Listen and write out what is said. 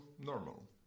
normal